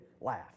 laugh